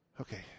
Okay